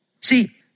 See